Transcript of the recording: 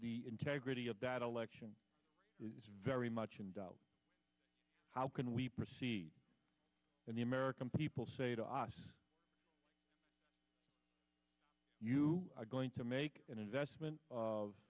the integrity of that election is very much in doubt how can we proceed and the american people say to us you are going to make an investment of